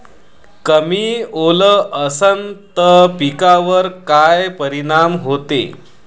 कमी ओल असनं त पिकावर काय परिनाम होते?